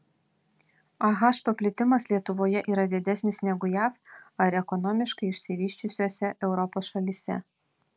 ah paplitimas lietuvoje yra didesnis negu jav ar ekonomiškai išsivysčiusiose europos šalyse